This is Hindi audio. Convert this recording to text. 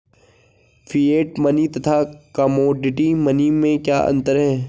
फिएट मनी तथा कमोडिटी मनी में क्या अंतर है?